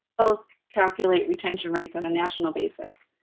both calculate retention rates on a national basis.